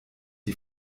die